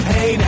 Hey